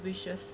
wishes